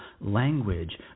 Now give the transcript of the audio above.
language